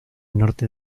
norte